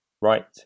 right